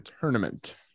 tournament